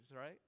right